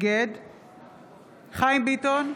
נגד חיים ביטון,